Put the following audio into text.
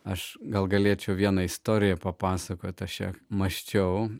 aš gal galėčiau vieną istoriją papasakoti aš čia mąsčiau